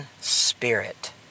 spirit